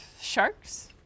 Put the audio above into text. Sharks